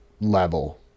level